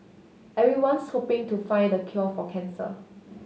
everyone's hoping to find the cure for cancer